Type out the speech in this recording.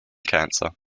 cancer